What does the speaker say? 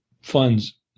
funds